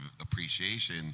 appreciation